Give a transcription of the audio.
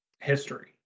history